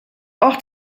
ort